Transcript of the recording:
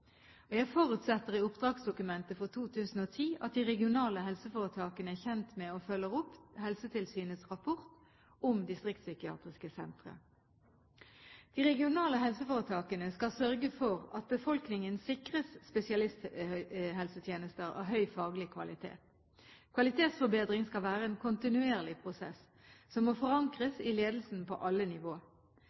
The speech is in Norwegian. Jeg forutsetter i oppdragsdokumentet for 2010 at de regionale helseforetakene er kjent med og følger opp Helsetilsynets rapport om distriktspsykiatriske sentre. De regionale helseforetakene skal sørge for at befolkningen sikres spesialisthelsetjenester av høy faglig kvalitet. Kvalitetsforbedring skal være en kontinuerlig prosess som må forankres i ledelsen på alle